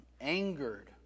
angered